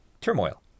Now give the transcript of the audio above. turmoil